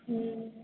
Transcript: हँ